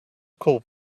called